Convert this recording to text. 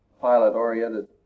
pilot-oriented